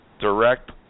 direct